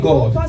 God